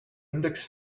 index